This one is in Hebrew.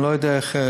ואני לא יודע איך,